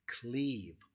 cleave